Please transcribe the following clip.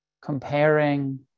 comparing